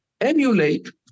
emulate